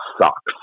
sucks